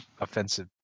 offensive